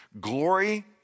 Glory